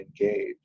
engage